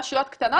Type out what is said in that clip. ברשויות קטנות,